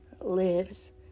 lives